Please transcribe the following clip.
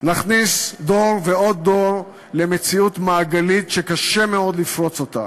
ונכניס דור ועוד דור למציאות מעגלית שקשה מאוד לפרוץ אותה.